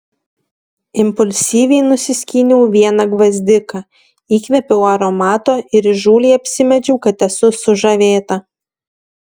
impulsyviai nusiskyniau vieną gvazdiką įkvėpiau aromato ir įžūliai apsimečiau kad esu sužavėta